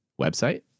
website